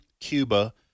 Cuba